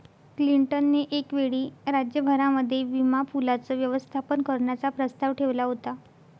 Clinton ने एक वेळी राज्य भरामध्ये विमा पूलाचं व्यवस्थापन करण्याचा प्रस्ताव ठेवला होता